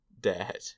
dad